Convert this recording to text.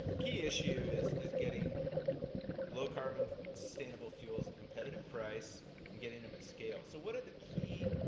key issue is is getting low carbon sustainable fuels at competitive price and getting them at scale. so what are the key